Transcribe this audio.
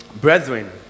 brethren